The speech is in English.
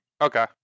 Okay